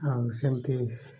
ଆଉ ସେମିତି